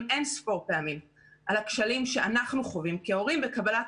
אין-ספור פעמים על הכשלים שאנחנו חווים כהורים בקבלת